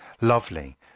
Lovely